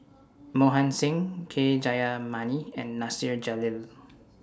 Mohan Singh K Jayamani and Nasir Jalil